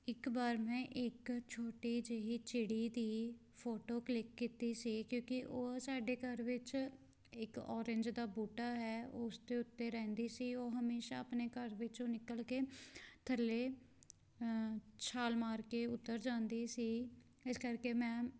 ਇੱਕ ਵਾਰ ਮੈਂ ਇੱਕ ਛੋਟੀ ਜਿਹੀ ਚਿੜੀ ਦੀ ਫੋਟੋ ਕਲਿੱਕ ਕੀਤੀ ਸੀ ਕਿਉਂਕਿ ਉਹ ਸਾਡੇ ਘਰ ਵਿੱਚ ਇੱਕ ਔਰੰਜ ਦਾ ਬੂਟਾ ਹੈ ਉਸ ਦੇ ਉੱਤੇ ਰਹਿੰਦੀ ਸੀ ਉਹ ਹਮੇਸ਼ਾ ਆਪਣੇ ਘਰ ਵਿੱਚੋਂ ਨਿਕਲ ਕੇ ਥੱਲੇ ਛਾਲ ਮਾਰ ਕੇ ਉਤਰ ਜਾਂਦੀ ਸੀ ਇਸ ਕਰਕੇ ਮੈਂ